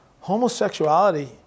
Homosexuality